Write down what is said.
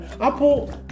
Apple